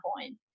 point